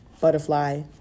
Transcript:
Butterfly